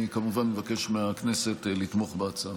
כמובן שאני מבקש מהכנסת לתמוך בהצעה.